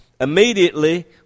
immediately